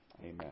amen